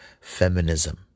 feminism